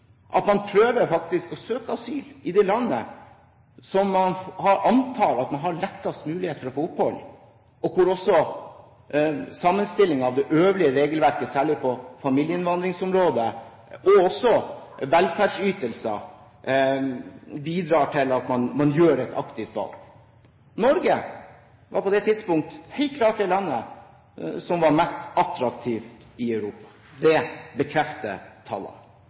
at man prøver å søke asyl i de landene som man antar at man har best muligheter til å få opphold i, men der også sammenstillinger av det øvrige regelverket – særlig på familieinnvandringsområdet og for velferdsytelser – bidrar til at man gjør et aktivt valg. Norge var på det tidspunkt helt klart det landet som var mest attraktivt i Europa. Det bekrefter tallene.